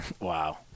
Wow